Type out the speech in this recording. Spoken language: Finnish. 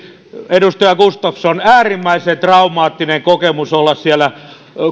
edustaja gustafsson äärimmäisen traumaattinen kokemus olla siellä